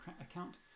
account